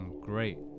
great